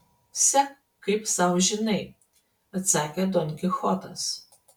sek kaip sau žinai atsakė don kichotas